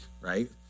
right